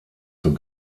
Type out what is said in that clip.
zur